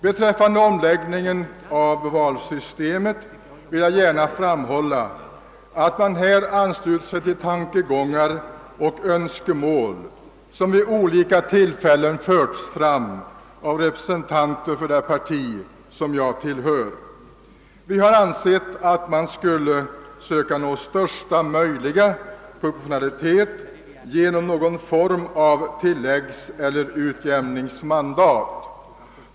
Beträffande reformen av valsystemet vill jag gärna framhålla, att man ansluter sig till tankegångar och önskemål som vid olika tillfällen framförts av det parti jag tillhör. Vi har ansett att man borde söka nå största möjliga proportionalitet genom någon form av tillläggseller utjämningsmandat.